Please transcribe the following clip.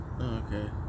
Okay